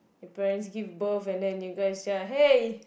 your parents give birth and then you guys just hey